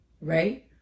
right